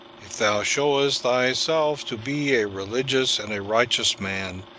if thou showest thyself to be a religious and a righteous man,